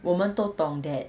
我们都懂 that